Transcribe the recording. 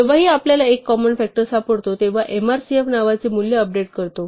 जेव्हाही आपल्याला एक कॉमन फ़ॅक्टर सापडतो तेव्हा mrcf नावाचे मूल्य अपडेट करतो